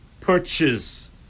purchase